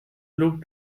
looked